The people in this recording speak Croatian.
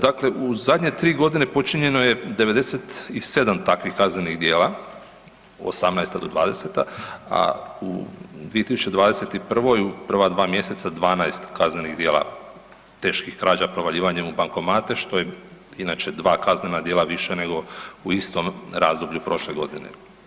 Dakle, u zadnje 3 g. počinjeno je 97 takvih kaznenih djela, 2018. do 2020. a u 2021. u prva mjeseca, 12 kaznenih djela teških krađa provaljivanjem u bankomate, što je inače dva kaznena djela više nego u istom razdoblju prošle godine.